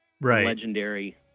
legendary